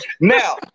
Now